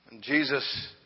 Jesus